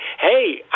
hey